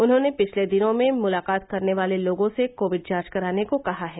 उन्होंने पिछले दिनों में मुलाकात करने वाले लोगों से कोविड जांच कराने को कहा है